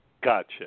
Gotcha